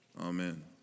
amen